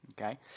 okay